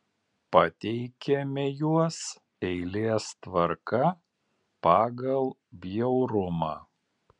pateikiame juos eilės tvarka pagal bjaurumą